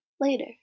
Later